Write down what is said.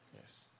Yes